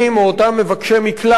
או אותם מבקשי מקלט,